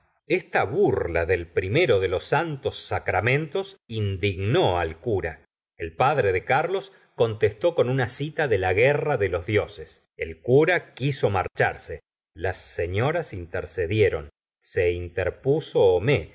esta burla del primero de los santos sacramentos indigné al cura el padre de carlos contestó con una cita de la guerra de los dioses el cura quiso marcharse las senoras intercedieron se interpuso homais